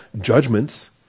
judgments